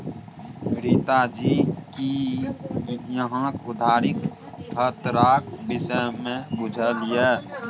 रीता जी कि अहाँक उधारीक खतराक विषयमे बुझल यै?